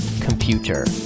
Computer